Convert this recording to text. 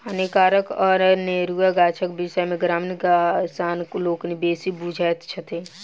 हानिकारक अनेरुआ गाछक विषय मे ग्रामीण किसान लोकनि बेसी बुझैत छथि